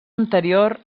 anterior